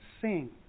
sing